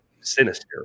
sinister